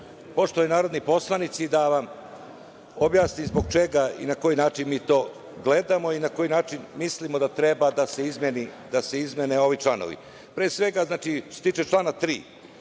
poštovani narodni poslanici da vam objasnim zbog čega i na koji način mi to gledamo i na koji način mislimo da treba da se izmene ovi članovi. Pre svega, znači što se tiče člana 3.